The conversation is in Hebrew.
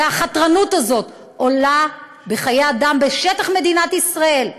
והחתרנות הזאת עולה בחיי אדם בשטח מדינת ישראל,